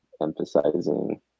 emphasizing